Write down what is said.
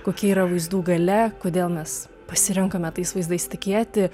kokia yra vaizdų galia kodėl mes pasirenkame tais vaizdais tikėti